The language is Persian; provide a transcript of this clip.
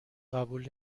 قبول